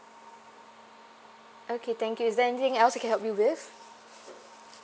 okay thank you is there anything else I can help you with